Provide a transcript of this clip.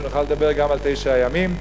כדי שנוכל לדבר גם על תשעת הימים.